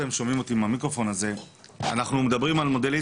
אנחנו מדברים על מודל,